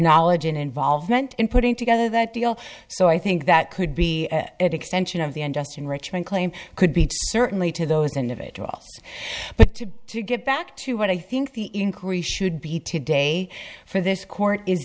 knowledge and involvement in putting together that deal so i think that could be it extension of the end just enrichment claim could be certainly to those individuals but to to get back to what i think the increase should be today for this court is